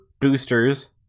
boosters